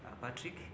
Patrick